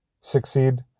succeed